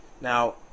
now